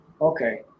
Okay